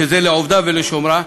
לעובדה ולשומרה,